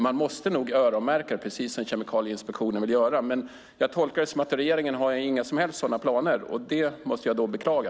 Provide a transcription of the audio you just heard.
Man måste nog öronmärka till detta, precis som Kemikalieinspektionen vill göra. Jag tolkar det så att regeringen inte har några som helst sådana planer. Det måste jag då beklaga.